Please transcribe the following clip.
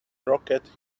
rocket